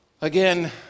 again